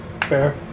Fair